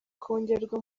kongerwa